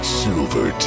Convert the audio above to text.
silver